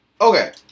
Okay